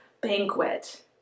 banquet